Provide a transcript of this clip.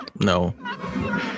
no